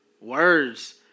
words